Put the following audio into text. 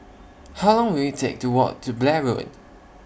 How Long Will IT Take to Walk to Blair Road